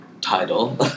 title